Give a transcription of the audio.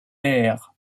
air